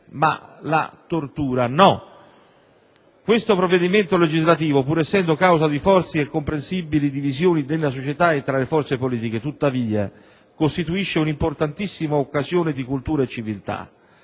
ma la tortura no. Questo provvedimento legislativo, pur essendo causa di forti e comprensibili divisioni nella società e tra le forze politiche, tuttavia costituisce un'importantissima occasione di cultura e civiltà.